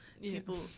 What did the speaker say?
People